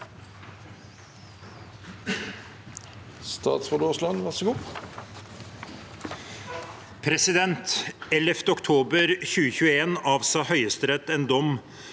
Den 11. oktober 2021 avsa Høyesterett en dom